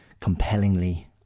compellingly